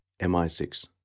MI6